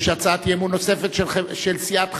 יש הצעת אי-אמון נוספת, של סיעת חד"ש,